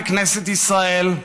בכנסת ישראל,